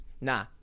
Nah